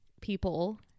people